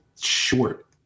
short